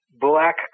black